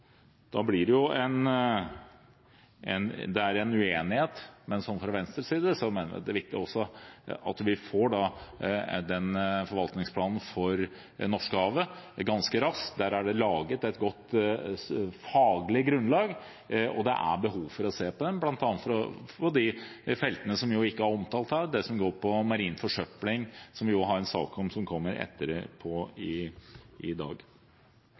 Det er en uenighet, men fra Venstres side mener vi det også er viktig at vi får forvaltningsplanen for Norskehavet ganske raskt. Der er det laget et godt faglig grunnlag, og det er behov for å se på den, bl.a. for de feltene som ikke er omtalt her, og det som går på marin forsøpling, som det kommer en sak om etterpå i dag. Ikke minst får vi nå satt i gang og utviklet en handlingsplan for å bedre situasjonen for våre sjøfugler, hvor jo mange har en kritisk nedgang i